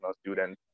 students